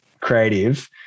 creative